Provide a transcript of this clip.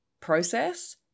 process